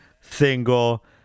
single